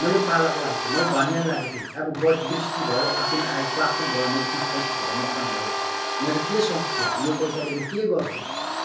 मैले पालक लगाएको थिएँ मैले धनियाँ लगाएको थिएँ अब वृष्टि भयो असिना प्लातप्लुत भयो मेरो तिस पैँतिस हजार नोक्सान भयो मेरो के सोच थियो यो पैसाले म के गर्छु